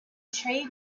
trade